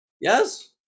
yes